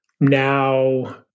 now